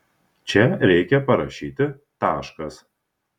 čia reikia parašyti taškas